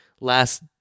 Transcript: last